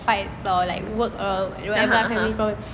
(uh huh)